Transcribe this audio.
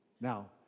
Now